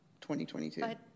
2022